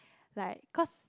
like cause